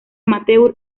amateur